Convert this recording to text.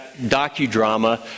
docudrama